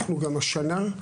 השנה אנחנו